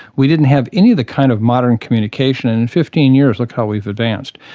we didn't have any of the kind of modern communication, and in fifteen years look how we've advanced.